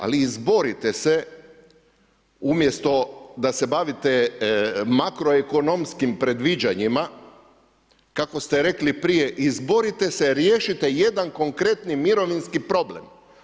Ali, izborite se umjesto da se bavite makroekonomskim predviđanjima, kako ste rekli prije, izborite se, riješite jedan konkretan mirovinski problem.